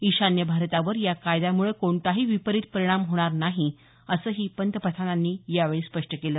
ईशान्य भारतावर या कायद्यामुळे कोणताही विपरित परिणाम होणार नाही असं पंतप्रधानांनी यावेळी स्पष्ट केलं